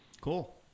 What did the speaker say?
Cool